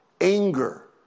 Anger